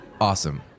Awesome